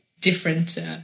different